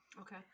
Okay